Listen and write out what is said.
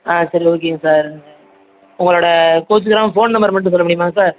ஆ சரி ஓகேங்க சார் உங்களோடய கோச்சுக்கிறாம ஃபோன் நம்பர் மட்டும் சொல்ல முடியுமா சார்